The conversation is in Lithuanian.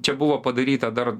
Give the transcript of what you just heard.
čia buvo padaryta dar